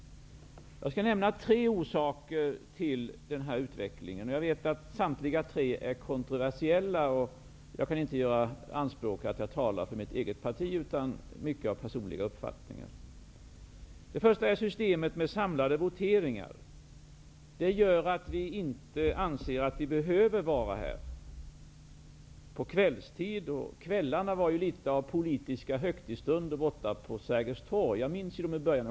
Det finns tre orsaker till den här utvecklingen; alla tre är kontroversiella och jag kan inte göra anspråk på att tala för mitt eget parti, utan det är personliga uppfattningar. Den första orsaken är systemet med samlade voteringar som gör att vi inte anser att vi behöver vara här på kvällarna. Kvällarna var ju något av politiska högtidsstunder på Sergels torg.